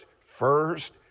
first